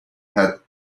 had